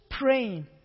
praying